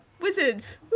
wizards